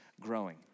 growing